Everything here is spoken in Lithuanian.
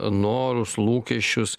norus lūkesčius